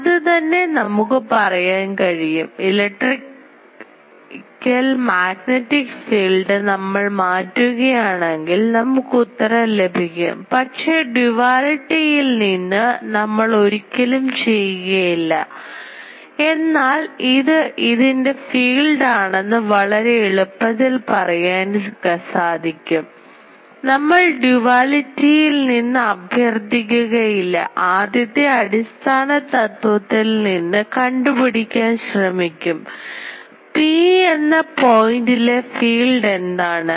അത് തന്നെ നമുക്ക് പറയാൻ കഴിയും ഇലക്ട്രിക്കൽ മാഗ്നറ്റിക് ഫീൽഡ് നമ്മൾ മാറ്റുകയാണെങ്കിൽ നമുക്ക് ഉത്തരം ലഭിക്കും പക്ഷേ ഡ്യുവലിറ്റിയിൽ നിന്ന് നമ്മൾ ഒരിക്കലും ചെയ്യുകയില്ല എന്നാൽ ഇത് ഇതിൻറെ ഫീൽഡ് ആണെന്ന് വളരെ എളുപ്പത്തിൽ പറയാൻ സാധിക്കും നമ്മൾ ഡ്യുവലിറ്റിയിൽ നിന്ന് അഭ്യർത്ഥിക്കുക ഇല്ല ആദ്യത്തെ അടിസ്ഥാന തത്വത്തിൽ നിന്നും കണ്ടുപിടിക്കാൻ ശ്രമിക്കും പി എന്ന പോയിൻറ് ലെ ഫീൽഡ് എന്താണ്